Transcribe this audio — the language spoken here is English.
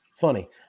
funny